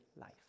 life